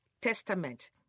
Testament